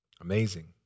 amazing